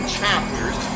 chapters